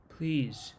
Please